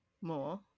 more